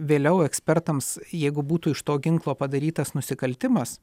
vėliau ekspertams jeigu būtų iš to ginklo padarytas nusikaltimas